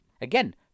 again